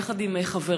יחד עם חבריה,